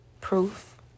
proof